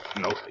No